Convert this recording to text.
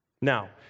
Now